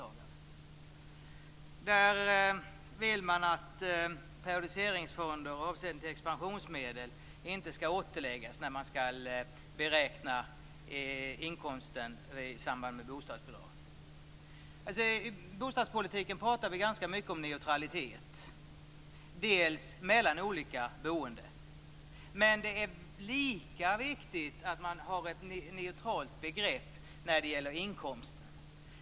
Man vill att periodiseringsfonder och avsättning till expansionsmedel inte skall återläggas när man skall beräkna inkomsten i samband med bostadsbidrag. I bostadspolitiken pratar vi ganska mycket om neutralitet mellan olika boende, men det är lika viktigt att man har ett neutralt begrepp när det gäller inkomsten.